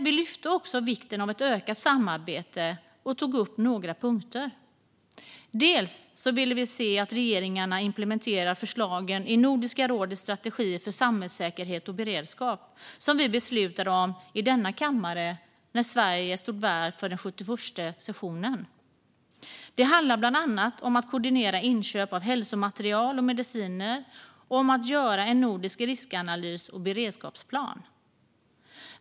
Vi lyfte också upp vikten av ett ökat samarbete och tog upp några punkter. Vi vill bland annat se att regeringarna implementerar förslagen i Nordiska rådets strategi för samhällssäkerhet och beredskap, som vi beslutade om i denna kammare när Sverige stod värd för den 71:a sessionen. Det handlar bland annat om att koordinera inköp av hälsomaterial och mediciner och om att göra en nordisk riskanalys och beredskapsplan.